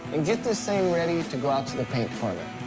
and get this thing ready to go out to the paint department.